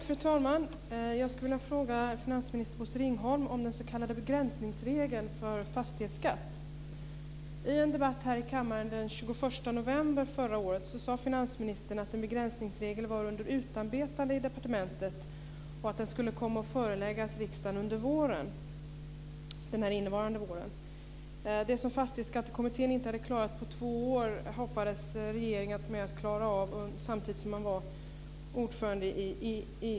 Fru talman! Jag skulle vilja fråga finansminister I en debatt här i kammaren den 21 november förra året sade finansministern att en begränsningsregel var under utarbetande i departementet och skulle komma att föreläggas riksdagen under våren. Det som Fastighetsskattekommittén inte hade klarat på två år hoppades regeringen klara av samtidigt som man var ordförande i EU.